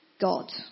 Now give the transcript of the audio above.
God